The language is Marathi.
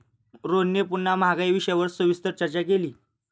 रोहनने पुन्हा महागाई विषयावर सविस्तर चर्चा केली